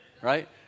Right